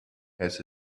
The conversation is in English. has